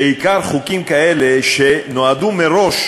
בעיקר חוקים כאלה שנועדו מראש